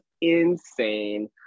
insane